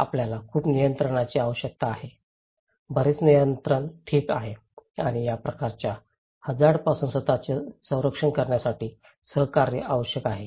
आपल्याला खूप नियंत्रणाची आवश्यकता आहे बरेच नियंत्रण ठीक आहे आणि त्या प्रकारच्या हझार्डपासून स्वत चे संरक्षण करण्यासाठी सहकार्य आवश्यक आहे